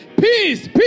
peace